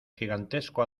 gigantesco